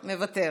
מוותר,